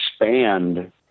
expand